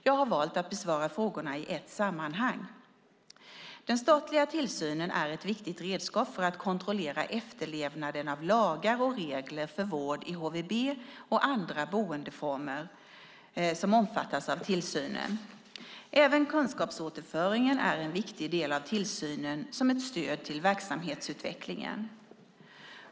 Jag har valt att besvara frågorna i ett sammanhang. Den statliga tillsynen är ett viktigt redskap för att kontrollera efterlevnaden av lagar och regler för vård i HVB och andra boendeformer som omfattas av tillsynen. Även kunskapsåterföring är en viktig del av tillsynen som ett stöd till verksamhetsutvecklingen.